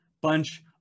bunch